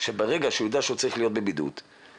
שברגע שהוא יודע שהוא צריך להיות בבידוד הוא